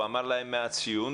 הוא אמר להם מה הציון,